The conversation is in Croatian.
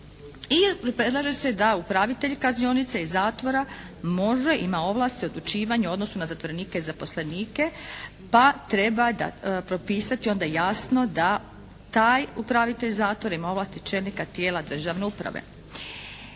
i predlaže da upravitelj kaznionice i zatvora može, ima ovlasti odlučivanja, odnosno na zatvorenike i zaposlenike pa treba propisati onda jasno da taj upravitelj zatvora ima ovlasti čelnika tijela državne uprave.